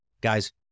Guys